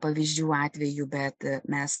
pavyzdžių atvejų bet mes